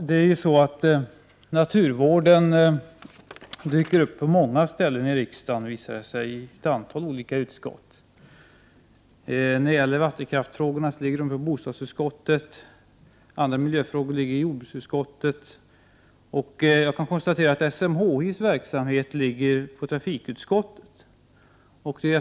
Herr talman! Naturvårdsfrågorna dyker upp i ett antal olika utskott i riksdagen. Vattenkraftsfrågorna ligger hos bostadsutskottet, andra miljöfrågor behandlas av jordbruksutskottet, och frågor som rör SMHI:s verksamhet handläggs i trafikutskottet.